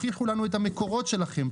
תוכיחו לנו את המקורות שלכם,